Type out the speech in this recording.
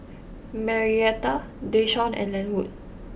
Marietta Deshawn and Lenwood